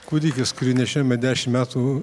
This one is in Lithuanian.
kūdikis kurį nešiojome dešim metų